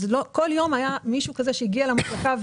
כל יום היה מישהו כזה שהגיע למחלקה.